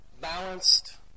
balanced